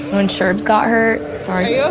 um insurance got her. sorry, yeah